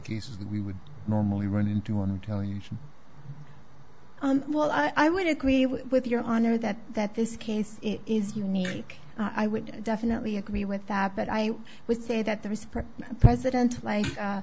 cases that we would normally run into and tell you well i would agree with your honor that that this case is unique i would definitely agree with that but i would say that there is a president like a